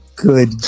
Good